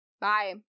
Bye